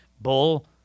bull